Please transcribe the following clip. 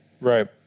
Right